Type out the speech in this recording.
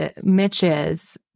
Mitch's